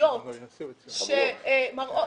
אמיתיות כדי לראות